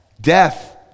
Death